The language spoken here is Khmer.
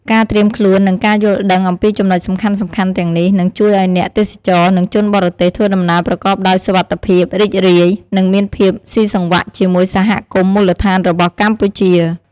ការត្រៀមខ្លួន និងការយល់ដឹងអំពីចំណុចសំខាន់ៗទាំងនេះ នឹងជួយឱ្យអ្នកទេសចរ និងជនបរទេសធ្វើដំណើរប្រកបដោយសុវត្ថិភាព រីករាយ និងមានភាពស៊ីសង្វាក់ជាមួយសហគមន៍មូលដ្ឋានរបស់កម្ពុជា។